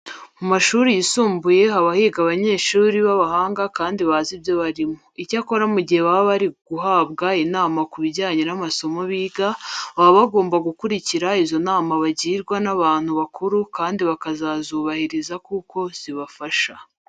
Mu mashuri yisumbuye haba higa abanyeshuri b'abahanga kandi bazi ibyo barimo. Icyakora mu gihe baba bari guhabwa inama ku bijyanye n'amasomo biga, baba bagomba gukurikira izo nama bagirwa n'abantu bakuru kandi bakazazubahiriza kuko ziba zizabafasha.